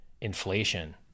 Inflation